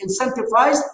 incentivized